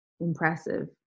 impressive